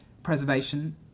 Preservation